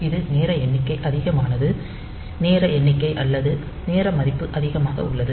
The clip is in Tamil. இது நேர எண்ணிக்கை அதிகமானது நேர எண்ணிக்கை அல்லது நேர மதிப்பு அதிகமாக உள்ளது